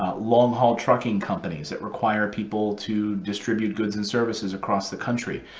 long haul trucking companies that require people to distribute goods and services across the country.